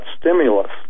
stimulus